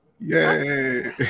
yay